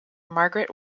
margaret